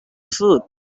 foot